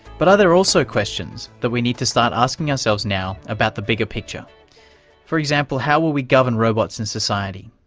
but are there also questions that we need to start asking ourselves now about the bigger picture for example how will we govern robots in society,